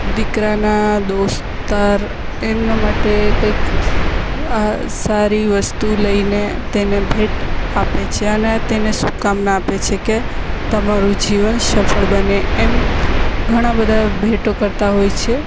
દીકરાના દોસ્તાર એમના માટે કંઈક સારી વસ્તુ લઈને તેને ભેટ આપે છે અને તેને શુભકામના આપે છે કે તમારું જીવન સફળ બને એમ ઘણા બધા ભેટો કરતા હોય છે